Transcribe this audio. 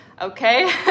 Okay